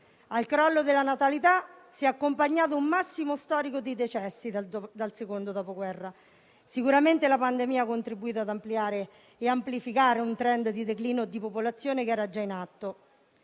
Al crollo della natalità si è accompagnato un massimo storico di decessi dal Secondo dopoguerra. Sicuramente la pandemia ha contribuito ad ampliare e amplificare un *trend* di declino di popolazione che era già in atto.